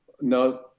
No